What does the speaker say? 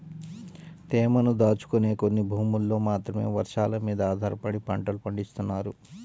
తేమను దాచుకునే కొన్ని భూముల్లో మాత్రమే వర్షాలమీద ఆధారపడి పంటలు పండిత్తన్నారు